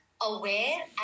aware